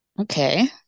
Okay